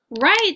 right